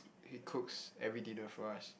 he cooks every dinner for us